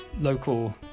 local